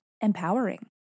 empowering